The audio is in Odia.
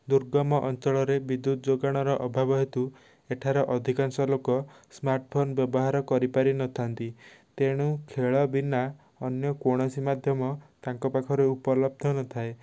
ଦୁର୍ଗମ ଅଞ୍ଚଳରେ ବିଦ୍ୟୁତ ଯୋଗାଣର ଅଭାବ ହେତୁ ଏଠାରେ ଅଧିକାଂଶ ଲୋକ ସ୍ମାର୍ଟଫୋନ ବ୍ୟବହାର କରିପାରି ନଥାନ୍ତି ତେଣୁ ଖେଳ ବିନା ଅନ୍ୟ କୌଣସି ମାଧ୍ୟମ ତାଙ୍କ ପାଖରେ ଉପଲବ୍ଧ ନଥାଏ